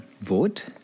vote